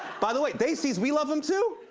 by the way, desis, we love him, too?